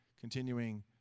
continuing